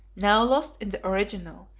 now lost in the original,